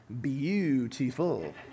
beautiful